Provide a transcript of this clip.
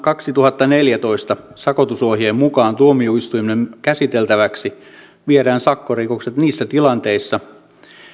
kaksituhattaneljätoista sakotusohjeen mukaan tuomioistuimen käsiteltäväksi viedään sakkorikokset niissä tilanteissa